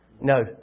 No